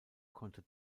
konnte